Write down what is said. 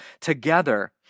together